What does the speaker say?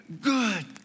good